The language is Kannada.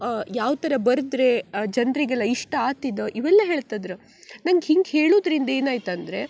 ಯಾವ ಥರ ಬರೆದ್ರೆ ಜನರಿಗೆಲ್ಲ ಇಷ್ಟ ಆತಿದು ಇವೆಲ್ಲ ಹೇಳ್ತದ್ರು ನಂಗೆ ಹಿಂಗೆ ಹೇಳುದ್ರಿಂದ ಏನಾಯ್ತಂದರೆ